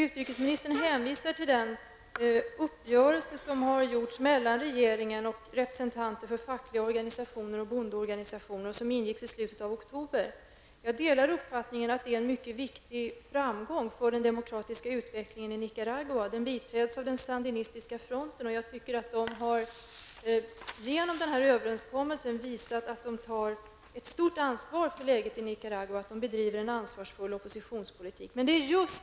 Utrikesministern hänvisar till den uppgörelse som har träffats mellan regeringen och representanter för fackliga organisationer och bondeorganisationer. Den ingicks i slutet av oktober. Jag delar uppfattningen att det är en mycket viktig framgång för den demokratiska utvecklingen i Nicaragua. Överenskommelsen biträds av den sandinistiska fronten och jag tycker att den, genom denna överenskommelse, har visat att den tar ett stort ansvar för läget i Nicaragua. Den bedriver en ansvarsfull oppositionspolitik.